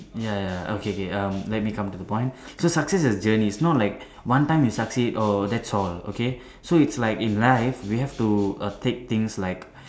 ya ya okay K um let me come to the point so success is a journey its not like one time you succeed oh thats all okay so its like in life we have to err take things like